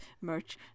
merch